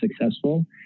successful